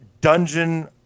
dungeon